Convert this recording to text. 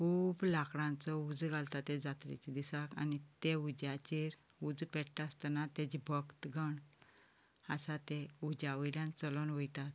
खूब लांकडांचो उजो घालतात ते जात्रेच्या दिसाक आनी ते उज्याचेर उजो पेट्टा आसतना ताजे भक्तगण आसात ते उज्या वयल्यान चलून वयतात